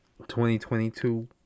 2022